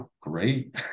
great